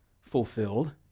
fulfilled